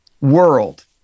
world